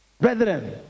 brethren